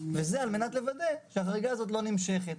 וזה על מנת לוודא שהחריג הזאת לא נמשכת.